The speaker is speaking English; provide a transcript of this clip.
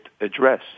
address